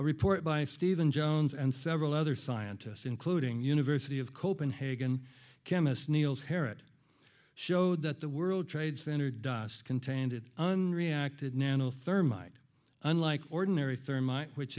a report by stephen jones and several other scientists including university of copenhagen chemists niels herit showed that the world trade center dust contained it on reacted nano thermite unlike ordinary